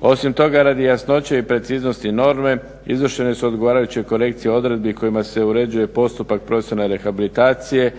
Osim toga radi jasnoće i preciznosti norme, izvršene su odgovarajuće korekcije odredbi kojima se uređuje postupak profesionalne rehabilitacije,